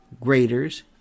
graders